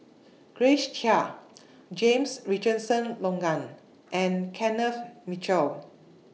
Grace Chia James Richardson Logan and Kenneth Mitchell